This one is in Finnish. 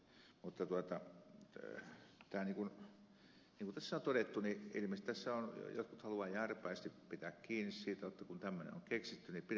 mutta niin kuin tässä on todettu niin ilmeisesti jotkut halua vat jääräpäisesti pitää kiinni siitä jotta kun tämmöinen on keksitty niin pidetään siitä kiinni